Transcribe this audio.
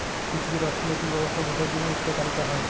পিথিবীর অথ্থলৈতিক ব্যবস্থা বুঝার জ্যনহে ইকট তালিকা হ্যয়